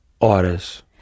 horas